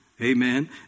Amen